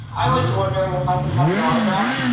i was wondering if i could have your autograph?